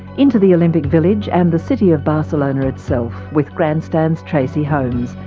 into the olympic village and the city of barcelona itself, with grandstand's tracey holmes.